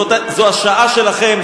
זו השעה שלכם,